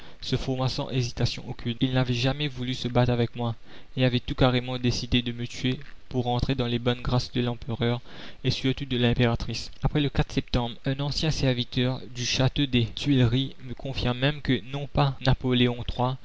se forma sans hésitation aucune il n'avait jamais voulu se battre avec moi et avait tout carrément décidé de me tuer pour rentrer dans les bonnes grâces de l'empereur et surtout de l'impératrice après le septembre un ancien serviteur du château des tuileries me confia même que non pas napoléon